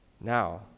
Now